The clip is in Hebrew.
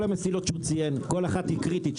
כל המסילות שהוא ציין כל אחת היא קריטית.